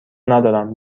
ندارم